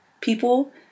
people